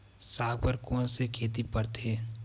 साग बर कोन से खेती परथे?